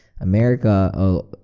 America